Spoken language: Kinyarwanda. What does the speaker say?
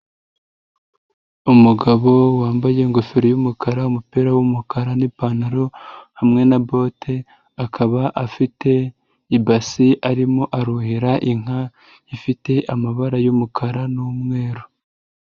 Umugabo wambaye ingofero y'umukara, umupira w'umukara n'pantaro hamwe na bote, akaba afite ibasi arimo aruhira inka ifite amabara y'umukara n'umweru.